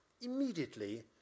immediately